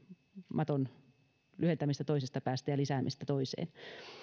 maton lyhentämistä toisesta päästä ja lisäämistä toiseen